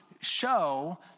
show